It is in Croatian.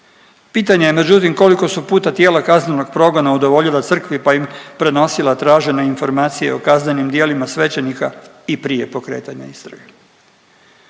Pitanje je, međutim, koliko su puta tijela kaznenog progona udovoljila Crkvi pa im prenosila tražene informacije o kaznenim djelima svećenika i prije pokretanja istrage.